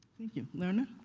thank you. lerna.